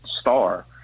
star